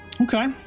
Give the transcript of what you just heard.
Okay